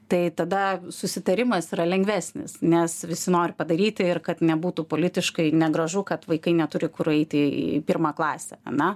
tai tada susitarimas yra lengvesnis nes visi nori padaryti ir kad nebūtų politiškai negražu kad vaikai neturi kur eiti į pirmą klasę ane